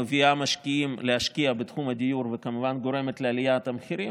מביאה משקיעים להשקיע בתחום הדיור וכמובן גורמת לעליית המחירים,